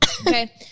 Okay